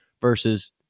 versus